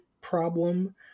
problem